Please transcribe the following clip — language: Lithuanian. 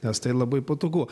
nes tai labai patogu